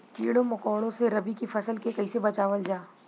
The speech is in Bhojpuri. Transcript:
कीड़ों मकोड़ों से रबी की फसल के कइसे बचावल जा?